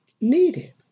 needed